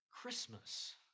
Christmas